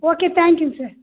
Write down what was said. okay தேங்க்யூங்க sir